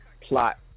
Plot